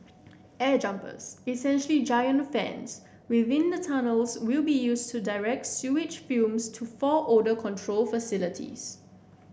air jumpers essentially giant fans within the tunnels will be used to direct sewage fumes to four odour control facilities